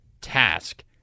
task